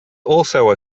also